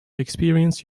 experience